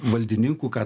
valdininkų ką